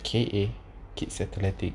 K_A kid's athletic